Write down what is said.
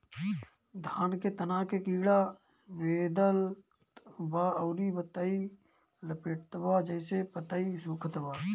धान के तना के कीड़ा छेदत बा अउर पतई लपेटतबा जेसे पतई सूखत बा?